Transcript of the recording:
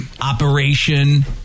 Operation